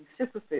superfoods